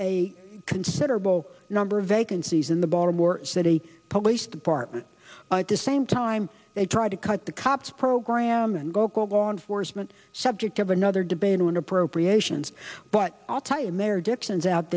a considerable number of vacancies in the baltimore city police department and to same time they tried to cut the cops program and vocal law enforcement subject of another debate in appropriations but i'll tell y